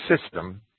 system